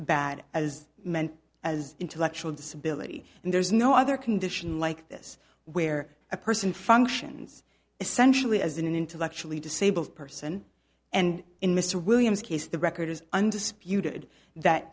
bad as men as intellectual disability and there's no other condition like this where a person functions essentially as an intellectually disabled person and in mr williams case the record is undisputed that